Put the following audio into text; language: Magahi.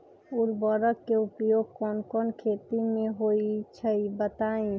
उर्वरक के उपयोग कौन कौन खेती मे होई छई बताई?